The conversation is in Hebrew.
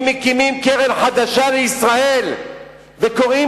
אם מקימים קרן חדשה לישראל וקוראים